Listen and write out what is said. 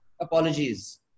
apologies